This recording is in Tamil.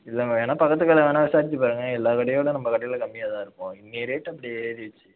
இல்லைமா வேணா பக்கத்து கடையில வேணா விசாரிச்சு பாருங்கள் எல்லா கடையோட நம்ம கடையில கம்மியாகதான் இருக்கும் இன்றைய ரேட் அப்படி ஏறிடுச்சு